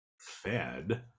fed